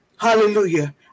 Hallelujah